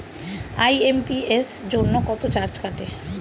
IMPS জন্য কত charge কাটে?